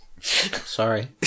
Sorry